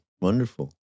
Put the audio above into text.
Wonderful